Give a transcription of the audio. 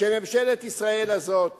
שממשלת ישראל הזאת